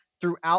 throughout